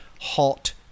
hot